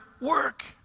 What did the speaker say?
work